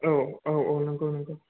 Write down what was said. औ औ औ नंगौ नंगौ